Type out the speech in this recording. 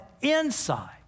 inside